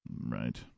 Right